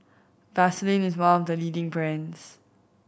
Vaselin is one of the leading brands